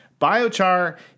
Biochar